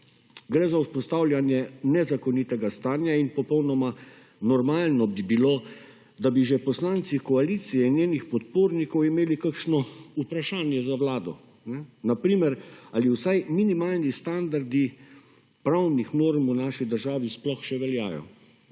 Gre za vzpostavljanje nezakonitega stanja in popolnoma normalno bi bilo, da bi že poslanci koalicije in njenih podpornikov imeli kakšno vprašanje za Vlado na primer ali vsaj minimalni standardi pravnih norm v naši državi sploh še veljajo.